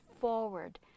forward